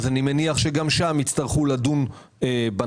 אז אני מניח שגם שם יצטרכו לדון בנושא.